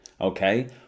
Okay